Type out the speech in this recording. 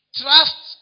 trust